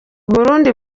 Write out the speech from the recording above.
burundi